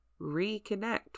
reconnect